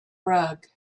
rug